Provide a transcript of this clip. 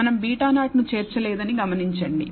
మనం β0 ను చేర్చలేదని గమనించండి